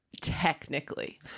Technically